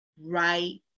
right